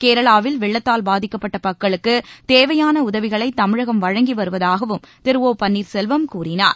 கேரளாவில் வெள்ளத்தால் பாதிக்கப்பட்ட மக்களுக்கு தேவையான உதவிகளை தமிழகம் வழங்கி வருவதாகவும் திரு ஓ பன்னீர்செல்வம் கூறினார்